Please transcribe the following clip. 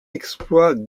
exploits